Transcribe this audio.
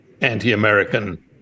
anti-American